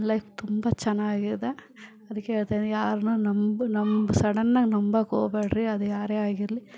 ನನ್ನ ಲೈಫ್ ತುಂಬ ಚೆನ್ನಾಗಿದೆ ಅದಕ್ಕೆ ಹೇಳ್ತಾಯಿದೀನಿ ಯಾರನ್ನು ನಂಬಿ ನಂಬಿ ಸಡನಾಗಿ ನಂಬಕ್ಕೆ ಹೋಬ್ಯಾಡ್ರಿ ಅದು ಯಾರೇ ಆಗಿರಲಿ